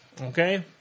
Okay